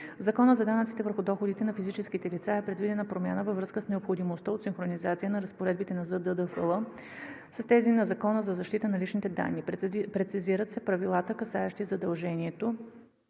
Закона за данъците върху доходите на физическите лица е предвидена промяна във връзка с необходимостта от синхронизация на разпоредбите на ЗДДФЛ с тези на Закона за защита на личните данни. Прецизират се правилата, касаещи задължението